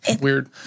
Weird